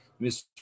Mr